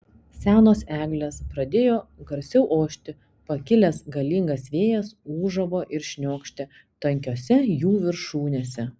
senos eglės pradėjo garsiau ošti pakilęs galingas vėjas ūžavo ir šniokštė tankiose jų viršūnėse